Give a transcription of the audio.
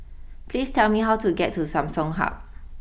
please tell me how to get to Samsung Hub